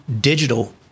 digital